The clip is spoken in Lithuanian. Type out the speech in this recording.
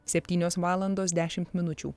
septynios valandos dešimt minučių